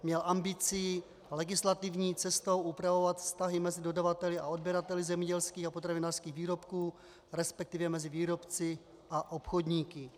Měl ambici legislativní cestou upravovat vztahy mezi dodavateli a odběrateli zemědělských a potravinářských výrobků, resp. mezi výrobci a obchodníky.